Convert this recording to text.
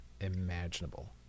imaginable